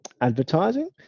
advertising